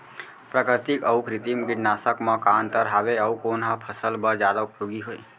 प्राकृतिक अऊ कृत्रिम कीटनाशक मा का अन्तर हावे अऊ कोन ह फसल बर जादा उपयोगी हे?